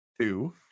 Two